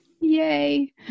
Yay